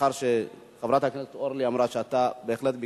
מאחר שחברת הכנסת אורלי לוי אמרה שאתה בהחלט ביקשת,